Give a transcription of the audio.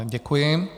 Děkuji.